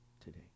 today